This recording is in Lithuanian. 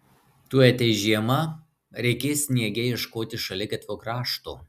tuoj ateis žiema reikės sniege ieškoti šaligatvio krašto